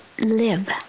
live